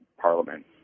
parliament